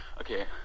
Okay